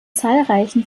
zahlreichen